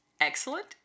Excellent